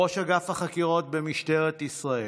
ראש אגף החקירות במשטרת ישראל,